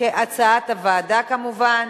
כהצעת הוועדה, כמובן.